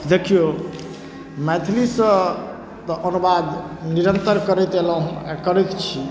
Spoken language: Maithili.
देखियौ मैथिलीसँ तऽ अनुवाद निरन्तर करैत एलहुँ हँ आओर करैत छी